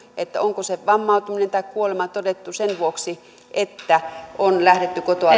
onko se vammautuminen tai kuolema todettu tapahtuneen sen vuoksi että on lähdetty kotoa